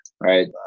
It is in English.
right